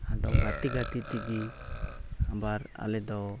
ᱟᱫᱚ ᱜᱟᱛᱮ ᱜᱟᱛᱮ ᱛᱮᱜᱮ ᱟᱵᱟᱨ ᱟᱞᱮ ᱫᱚ